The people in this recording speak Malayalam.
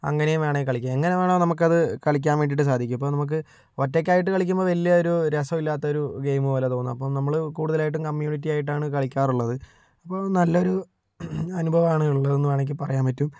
അങ്ങനേയും വേണമെങ്കിൽ കളിക്കാം എങ്ങനെ വേണോ നമുക്കത് കളിക്കാൻ വേണ്ടിയിട്ട് സാധിക്കും ഇപ്പോൾ നമുക്ക് ഒറ്റയ്ക്കായിട്ട് കളിക്കുമ്പോൾ വലിയ ഒരു രസമില്ലാത്ത ഒരു ഗെയിം പോലെ തോന്നാം അപ്പോൾ നമ്മള് കൂടുതലായിട്ടും കമ്മ്യൂണിറ്റിയായിട്ടാണ് കളിക്കാറുള്ളത് അപ്പോൾ നല്ലൊരു അനുഭവമാണ് ഉള്ളതെന്ന് വേണമെങ്കിൽ പറയാൻ പറ്റും